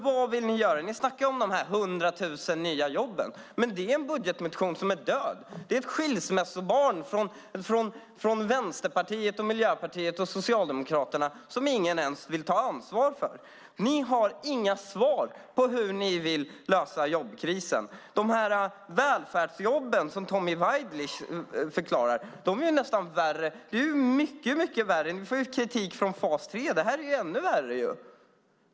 Vad vill ni göra? Ni snackar om de 100 000 nya jobben. Men det är en budgetmotion som är död. Det är ett skilsmässobarn från Vänsterpartiet, Miljöpartiet och Socialdemokraterna som ingen ens vill ta ansvar för. Ni har inga svar på hur ni vill lösa jobbkrisen. Välfärdsjobben som Tommy Waidelich talar om är nästan värre. Vi får ju kritik för fas 3. Det här är ännu värre.